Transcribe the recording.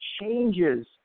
changes